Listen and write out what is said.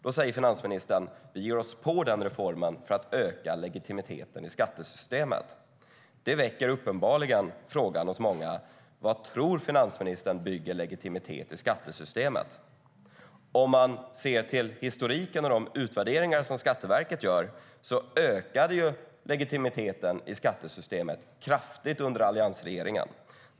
Då säger finansministern: Vi ger oss på den reformen för att öka legitimiteten i skattesystemet. Det väcker uppenbarligen frågan hos många: Vad tror finansministern bygger legitimitet i skattesystemet? Om man ser till historiken och de utvärderingar som Skatteverket gör ser man att legitimiteten i skattesystemet ökade kraftigt under alliansregeringen.